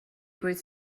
great